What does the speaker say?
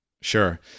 Sure